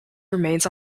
remains